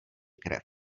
krev